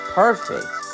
perfect